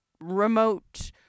remote